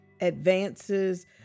advances